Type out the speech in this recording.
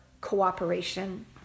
cooperation